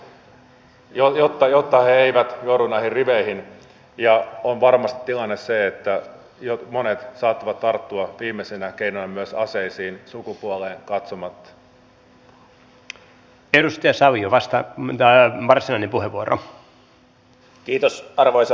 nykyisin varapuhemiehenä istuva entinen ministeri risikkokin aikanaan jo pohti tulevaisuuden kuntaa ja kunnan uutta roolia jo edellisen sote uudistuksen vaiheen aikana ja tuo aihe nyt aktualisoituu ja ajankohtaistuu hyvin oleellisella tavalla